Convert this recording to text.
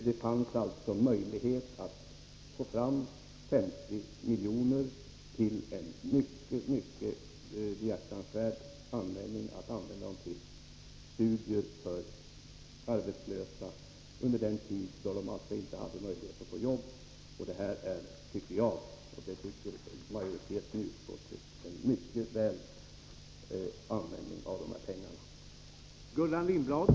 Det fanns möjlighet att få fram 50 milj.kr. till en mycket behjärtansvärd användning, nämligen till studier för arbetslösa under den tid då de inte har möjlighet att få jobb. Jag, och majoriteten i utskottet, tycker att dessa pengar används mycket väl.